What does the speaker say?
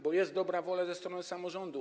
bo jest dobra wola ze strony samorządu.